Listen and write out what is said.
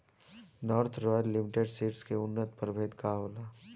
North royal limited seeds के उन्नत प्रभेद का होला?